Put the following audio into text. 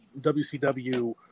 WCW